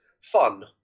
fun